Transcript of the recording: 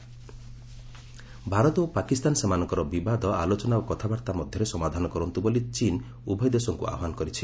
China Indo Pak Bharat ଓ ପାକିସ୍ତାନ ସେମାନଙ୍କର ବିବାଦ ଆଲୋଚନା ଓ କଥାବାର୍ତ୍ତା ମଧ୍ୟରେ ସମାଧାନ କରନ୍ତୁ ବୋଲି ଚୀନ୍ ଉଭୟ ଦେଶଙ୍କୁ ଆହ୍ୱାନ କରିଛି